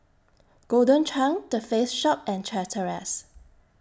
Golden Churn The Face Shop and Chateraise